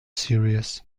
series